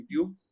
YouTube